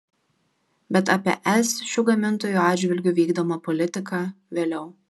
bet apie es šių gamintojų atžvilgiu vykdomą politiką vėliau